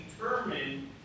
determined